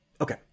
Okay